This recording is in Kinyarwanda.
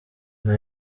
nta